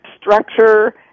structure